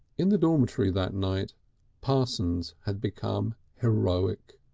in the dormitory that night parsons had become heroic.